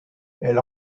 elle